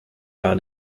gar